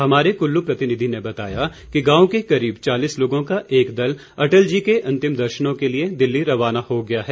हमारे कुल्लू प्रतिनिधि ने बताया कि गांव के करीब चालीस लोगों का एक दल अटल जी के अंतिम दर्शनों के लिए दिल्ली रवाना हो गया है